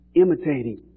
imitating